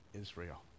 Israel